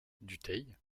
dutheil